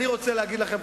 אני רוצה להגיד לכם,